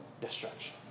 destruction